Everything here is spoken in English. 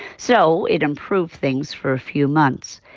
so it improved things for a few months,